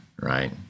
Right